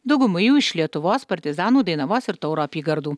dauguma jų iš lietuvos partizanų dainavos ir tauro apygardų